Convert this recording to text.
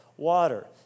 water